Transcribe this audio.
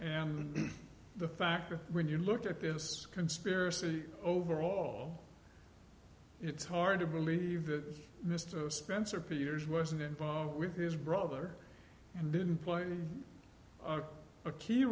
and the fact that when you look at this conspiracy overall it's hard to believe that mr spencer peters wasn't involved with his brother and didn't play a key